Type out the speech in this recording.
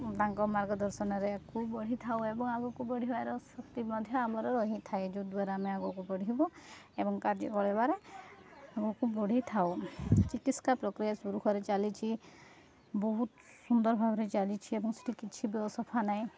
ତାଙ୍କ ମାର୍ଗଦର୍ଶନରେ ଆଗକୁ ବଢ଼ିଥାଉ ଏବଂ ଆଗକୁ ବଢ଼ିବାର ଶକ୍ତି ମଧ୍ୟ ଆମର ରହିଥାଏ ଯଦ୍ୱାରା ଆମେ ଆଗକୁ ବଢ଼ିବୁ ଏବଂ କାର୍ଯ୍ୟ କରିବାରେ ଆଗକୁ ବଢ଼ିଥାଉ ଚିକିତ୍ସା ପ୍ରକ୍ରିୟା ସୁରୁଖରେ ଚାଲିଛି ବହୁତ ସୁନ୍ଦର ଭାବରେ ଚାଲିଛି ଏବଂ ସେଠି କିଛି ବି ଅସଫା ନାହିଁ